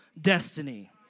destiny